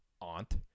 aunt